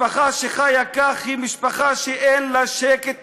משפחה שחיה כך היא משפחה שאין לה שקט נפשי.